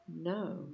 No